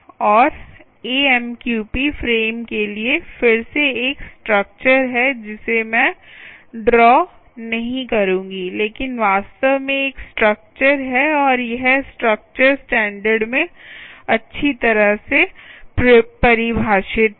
और AMQP frame के लिए फिर से एक स्ट्रक्चर है जिसे मैं ड्रा नहीं करूंगी लेकिन वास्तव में एक स्ट्रक्चर है और यह स्ट्रक्चर स्टैण्डर्ड में अच्छी तरह से परिभाषित है